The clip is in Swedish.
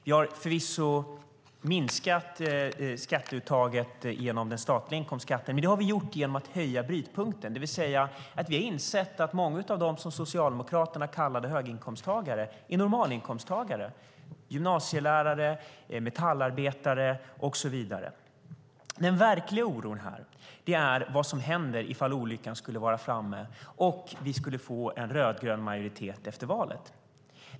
Vi har förvisso minskat skatteuttaget genom den statliga inkomstskatten, men det har vi gjort genom att höja brytpunkten, det vill säga att vi har insett att många av dem som Socialdemokraterna kallade höginkomsttagare är normalinkomsttagare: gymnasielärare, metallarbetare och så vidare. Den verkliga oron här är vad som händer ifall olyckan skulle vara framme och vi skulle få en rödgrön majoritet efter valet.